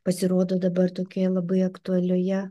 pasirodo dabar tokioje labai aktualioje